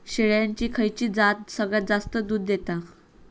शेळ्यांची खयची जात सगळ्यात जास्त दूध देता?